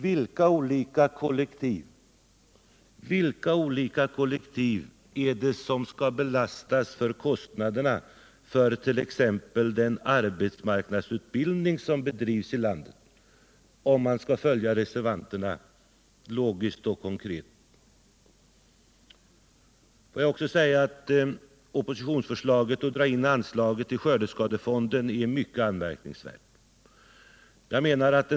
Vilka olika kollektiv är det som skall belastas för kostnaderna för t.ex. den arbetsmarknadsutbildning som bedrivs här i landet, om man skall följa reservanterna logiskt och konkret? Oppositionsförslaget att dra in anslaget till skördeskadefonden är mycket anmärkningsvärt.